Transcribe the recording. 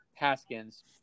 Haskins